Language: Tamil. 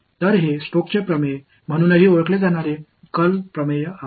எனவே இது ஸ்டாக்ஸ் தியரம்Stoke's theorem என்றும் அழைக்கப்படும் கர்ல் தியரம் ஆகும்